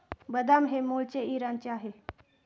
बदाम हे मूळचे इराणचे आहे